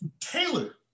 Taylor